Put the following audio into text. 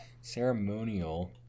ceremonial